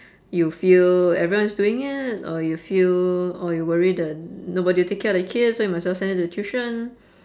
you feel everyone is doing it or you feel or you worry that nobody will take care of the kid so you might as well send them to tuition